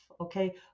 Okay